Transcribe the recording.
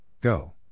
go